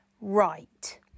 right